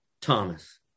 Thomas